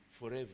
forever